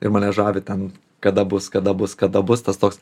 ir mane žavi ten kada bus kada bus kada bus tas toks